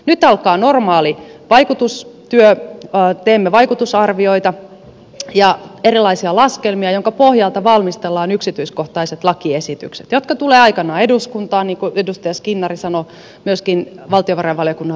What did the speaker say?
nyt alkaa normaali vaikutustyö teemme vaikutusarvioita ja erilaisia laskelmia jonka pohjalta valmistellaan yksityiskohtaiset lakiesitykset jotka tulevat aikanaan eduskuntaan niin kuin edustaja skinnari sanoi myöskin valtiovarainvaliokunnan verojaostoon